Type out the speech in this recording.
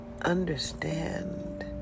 Understand